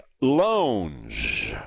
loans